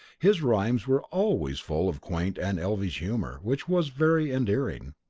his rhymes were always full of quaint and elvish humour which was very endearing.